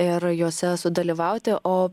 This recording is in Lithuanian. ir juose sudalyvauti o